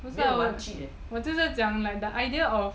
我就是讲 the idea of